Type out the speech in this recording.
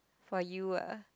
for you ah